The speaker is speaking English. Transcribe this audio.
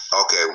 Okay